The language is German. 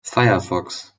firefox